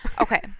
Okay